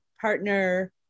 partner